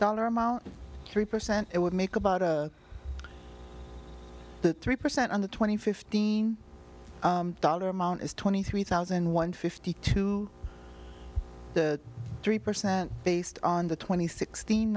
dollar amount three percent it would make about the three percent under twenty fifteen dollar amount is twenty three thousand one fifty two three percent based on the twenty six